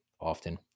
often